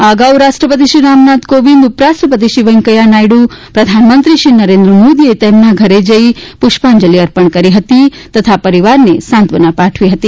આ અગાઉ રાષ્ટ્રપતિશ્રી રામનાથ કોવિન્દ ઉપરાષ્ટ્રપતિશ્રી વેંકેયાહ નાયડુ પ્રધાનમંત્રીશ્રી નરેન્દ્ર મોદીએ તેમના ઘરે જઇને પુષ્પાજંલિ અર્પણ કરી હતી તથા પરિવારને સાંત્વના પાઠવી હતી